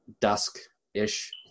dusk-ish